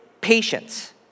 patience